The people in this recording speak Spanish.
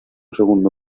segundo